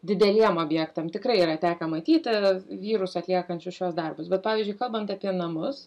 dideliem objektam tikrai yra tekę matyti vyrus atliekančius šiuos darbus bet pavyzdžiui kalbant apie namus